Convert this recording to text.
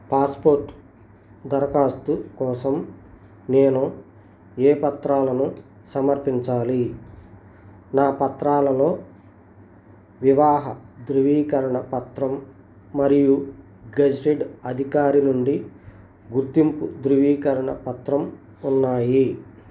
passport దరఖాస్తు కోసం నేను ఏ పత్రాలను సమర్పించాలి నా పత్రాలలో వివాహ ధృవీకరణ పత్రం మరియు గెజిటెడ్ అధికారి నుండి గుర్తింపు ధృవీకరణ పత్రం ఉన్నాయి